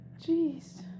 Jeez